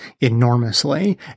enormously